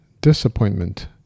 disappointment